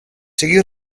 siga